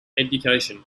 education